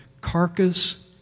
Carcass